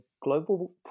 Global